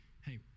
hey